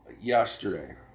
yesterday